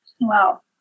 Wow